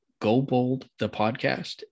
goboldthepodcast